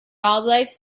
wildlife